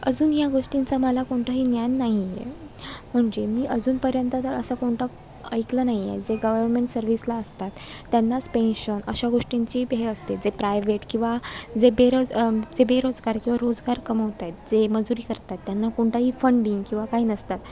अजून या गोष्टींचा मला कोणताही ज्ञान नाही आहे म्हणजे मी अजूनपर्यंत जर असं कोणता ऐकलं नाही आहे जे गवरमेंट सर्विसला असतात त्यांनाच पेन्शन अशा गोष्टींची हे असते जे प्रायवेट किंवा जे बेरोज जे बेरोजगार किंवा रोजगार कमावत आहेत जे मजुरी करत आहेत त्यांना कोणताही फंडिंग किंवा काही नसतात